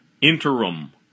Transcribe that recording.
interim